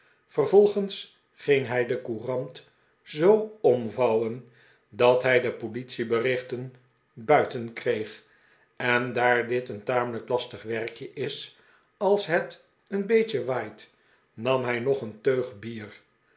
vervolgens ging hij de courant zoo omvouwen dat hij de politieberichten buiten kreeg en daar dit een tamelijk lastig werkje is als het een beetje waait nam hij nog een teug bier